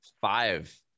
five